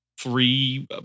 three